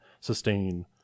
sustain